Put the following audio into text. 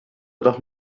doch